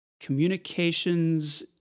communications